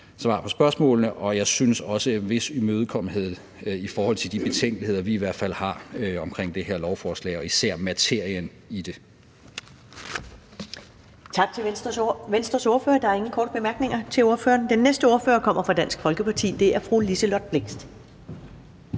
svar på spørgsmålene og om en vis imødekommenhed i forhold til de betænkeligheder, vi i hvert fald har omkring det her lovforslag og især materien i det.